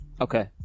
Okay